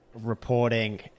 reporting